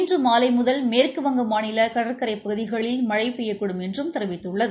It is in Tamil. இன்று மாலை முதல் மேற்குவங்க மாநில கடற்கரைப் பகுதிகளில் மழை பெய்யக்கூடும் என்றும் தெரிவித்துள்ளது